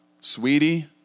sweetie